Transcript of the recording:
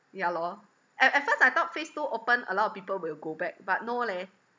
ya lor at at first I thought phase two open a lot of people will go back but no leh